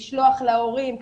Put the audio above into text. לשלוח להורים,